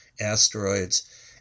asteroids